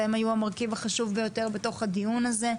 והם היו המרכיב החשוב ביותר בתוך הדיון הזה.